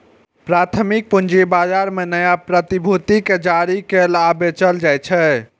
प्राथमिक पूंजी बाजार मे नया प्रतिभूति कें जारी कैल आ बेचल जाइ छै